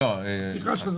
די.